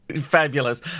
Fabulous